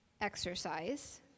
exercise